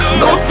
no